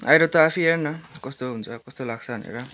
आएर तँ आफै हेर् न कस्तो हुन्छ कस्तो लाग्छ भनेर